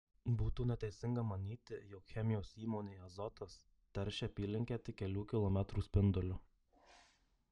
būtų neteisinga manyti jog chemijos įmonė azotas teršia apylinkę tik kelių kilometrų spinduliu